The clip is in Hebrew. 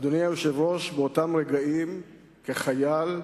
אדוני היושב-ראש, באותם רגעים, כחייל,